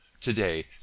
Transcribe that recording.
Today